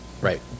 Right